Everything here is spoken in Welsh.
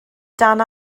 dan